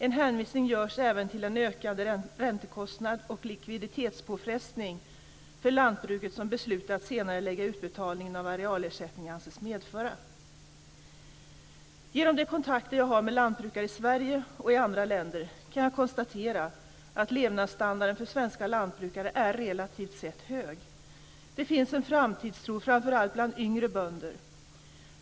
En hänvisning görs även till den ökade räntekostnad och likviditetspåfrestning för lantbruket som beslutet att senarelägga utbetalningen av arealersättningen anses medföra. Genom de kontakter jag har med lantbrukare i Sverige och i andra länder kan jag konstatera att levnadsstandarden för svenska lantbrukare är relativt sett hög. Det finns en framtidstro framför allt bland yngre bönder.